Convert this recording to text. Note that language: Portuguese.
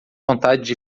vontade